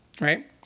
right